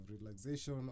relaxation